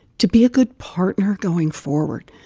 to be a good partner going forward,